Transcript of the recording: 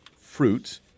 fruits